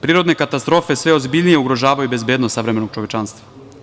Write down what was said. Prirodne katastrofe sve ozbiljnije ugrožavaju bezbednost savremenog čovečanstva.